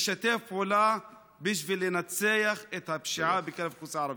לשתף פעולה בשביל לנצח את הפשיעה בקרב האוכלוסייה הערבית.